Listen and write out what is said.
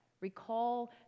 recall